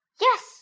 Yes